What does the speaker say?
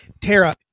Tara